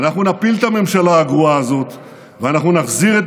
אנחנו נפיל את הממשלה הגרועה הזאת ואנחנו נחזיר את